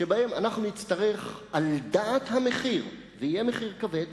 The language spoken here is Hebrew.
שבה נצטרך, על דעת המחיר, ויהיה מחיר כבד,